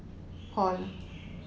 Paul